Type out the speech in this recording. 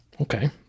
Okay